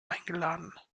eingeladen